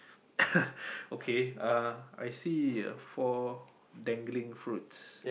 okay uh I see four dangling fruits